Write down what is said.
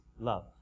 love